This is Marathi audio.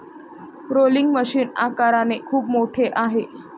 रोलिंग मशीन आकाराने खूप मोठे आहे